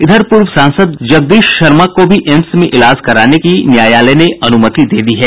इधर पूर्व सांसद जगदीश शर्मा को भी एम्स में इलाज कराने की न्यायालय ने अनुमति दे दी है